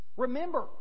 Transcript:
Remember